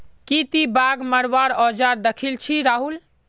की ती बाघ मरवार औजार दखिल छि राहुल